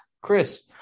Chris